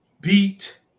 beat